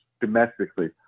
domestically